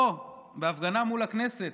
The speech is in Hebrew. פה, בהפגנה מול הכנסת,